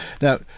Now